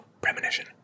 Premonition